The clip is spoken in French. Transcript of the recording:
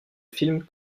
film